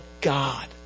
God